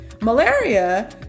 Malaria